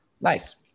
nice